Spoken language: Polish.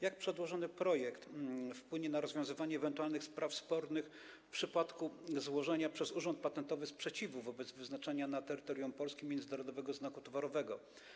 Jak przedłożony projekt wpłynie na rozwiązywanie ewentualnych spraw spornych w przypadku złożenia przez Urząd Patentowy sprzeciwu wobec wyznaczenia na terytorium Polski międzynarodowego znaku towarowego?